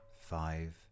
five